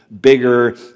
bigger